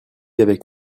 avec